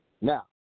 Now